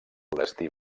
destí